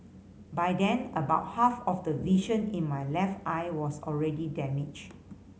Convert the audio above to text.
by then about half of the vision in my left eye was already damaged